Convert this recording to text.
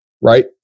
right